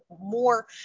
more